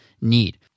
need